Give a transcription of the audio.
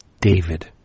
David